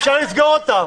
אבל אפשר לסגור אותם.